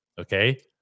okay